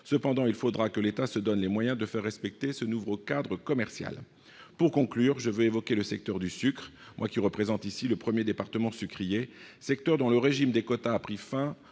Cependant, il faudra que l'État se donne les moyens de faire respecter ce nouveau cadre commercial. Pour conclure, je veux évoquer le secteur du sucre, moi qui représente ici le premier département sucrier, secteur dont le régime des quotas a pris fin